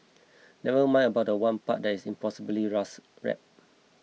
never mind about the one part that is an impossibly fast rap